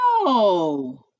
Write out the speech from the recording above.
No